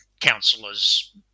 councillors